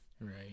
Right